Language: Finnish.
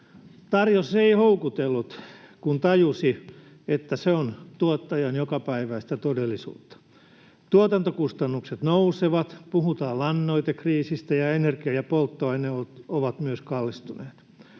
Tarjous ei houkutellut, kun tajusi, että se on tuottajan jokapäiväistä todellisuutta. Tuotantokustannukset nousevat, puhutaan lannoitekriisistä ja energia‑ ja polttoaineet ovat myös kallistuneet.